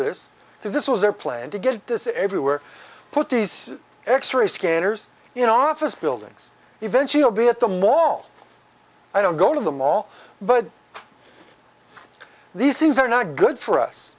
this because this was their plan to get this everywhere put these x ray scanners in office buildings eventually at the mall i don't go to the mall but these things are not good for us